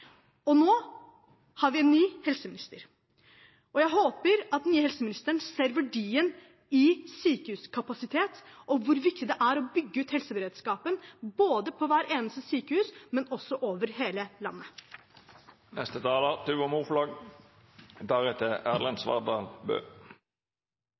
Nå har vi en ny helseminister, og jeg håper at den nye helseministeren ser verdien i sykehuskapasitet og hvor viktig det er å bygge ut helseberedskapen både på hvert eneste sykehus og over hele